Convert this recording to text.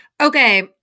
Okay